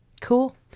Cool